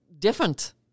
different